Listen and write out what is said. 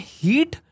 heat